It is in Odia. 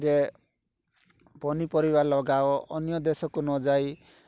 ଯେ ପନିପରିବା ଲଗାଅ ଅନ୍ୟ ଦେଶକୁ ନଯାଇ